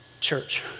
Church